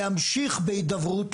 להמשיך בהידברות,